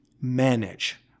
manage